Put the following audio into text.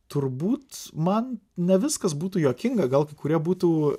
turbūt man ne viskas būtų juokinga gal kai kurie būtų